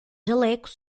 jalecos